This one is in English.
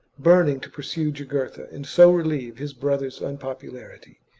burning to pursue j ugurtha and so relieve his brother's unpopularity,